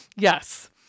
Yes